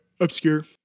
obscure